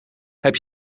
heb